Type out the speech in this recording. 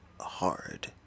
hard